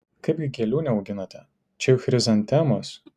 kaipgi gėlių neauginate čia juk chrizantemos